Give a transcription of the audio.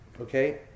Okay